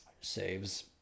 saves